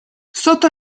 sotto